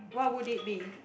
what would it be